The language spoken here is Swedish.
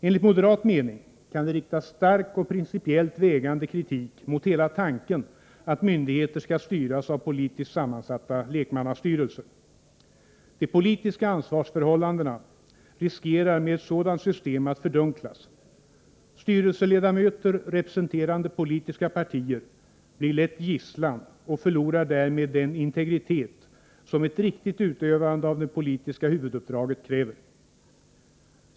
Enligt moderat mening kan det riktas stark och principiellt vägande kritik mot hela tanken att myndigheter skall styras av politiskt sammansatta lekmannastyrelser. De politiska ansvarsförhållandena riskerar med ett sådant system att fördunklas. Styrelseledamöter representerande politiska partier blir lätt gisslan och förlorar därmed den integritet som ett riktigt utövande av det politiska huvuduppdraget kräver.